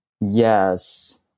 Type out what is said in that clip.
Yes